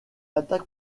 attaque